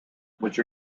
which